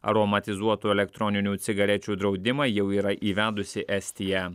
aromatizuotų elektroninių cigarečių draudimą jau yra įvedusi estija